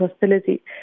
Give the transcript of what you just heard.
hostility